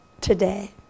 today